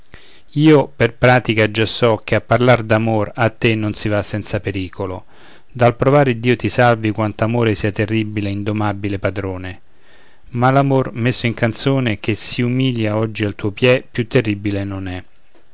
io per pratica già so che a parlar d'amor a te non si va senza pericolo dal provar iddio ti salvi quanto amore sia terribile indomabile padrone ma l'amor messo in canzone che si umilia oggi al tuo piè più terribile non è